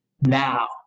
now